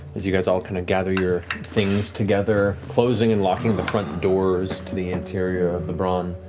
as you guys all kind of gather your things together, closing and locking the front doors to the interior of the braan.